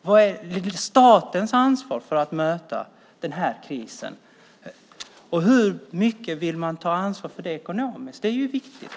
Vad är statens ansvar för att möta krisen, och hur mycket vill man ta ansvar för det ekonomiskt? Det är ju viktigt.